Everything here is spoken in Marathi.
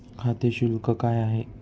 खाते शुल्क काय आहे?